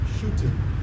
shooting